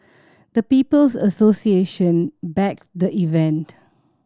the People's Association backed the event